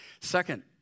Second